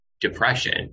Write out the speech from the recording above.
depression